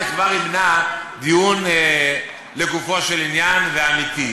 זה כבר ימנע דיון לגופו של עניין ואמיתי.